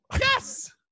Yes